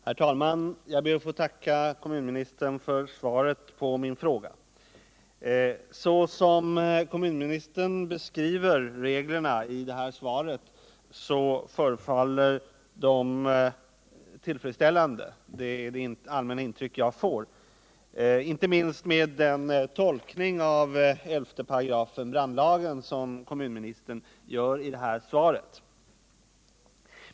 Herr talman! Jag ber att få tacka kommunministern för svaret på min fråga. Såsom kommunministern i sitt svar beskriver reglerna förefaller de tillfredsställande. Det är det allmänna intryck jag får, inte minst med den tolkning av 11 § brandlagen som kommunministern gör.